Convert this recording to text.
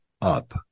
up